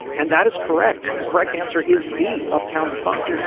and that is correct. the correct answer is b. uptown funk